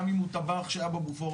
גם אם הוא טבח שהיה בבופור.